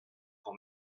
pour